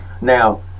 Now